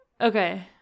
Okay